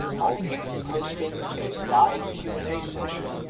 i'll be hosting a live q and a session.